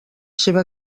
seva